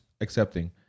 accepting